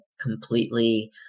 completely